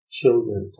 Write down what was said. children